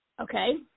okay